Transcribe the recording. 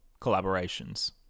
collaborations